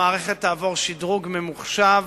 המערכת תעבור שדרוג ממוחשב.